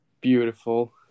beautiful